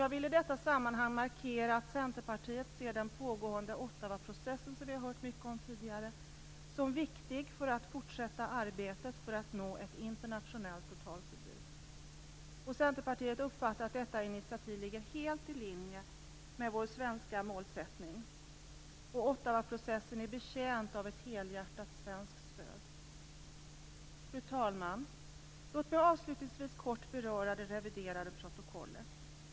Jag vill i detta sammanhang markera att Centerpartiet ser den pågående Ottawaprocessen som viktig för det fortsatta arbetet i syfte att nå ett internationellt totalförbud. Centerpartiet uppfattar att detta initiativ ligger helt i linje med vår svenska målsättning, och Ottawaprocessen är betjänt av ett helhjärtat svenskt stöd. Fru talman! Låt mig avslutningsvis kort beröra det reviderade protokollet.